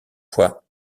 fois